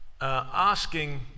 asking